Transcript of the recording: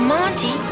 Monty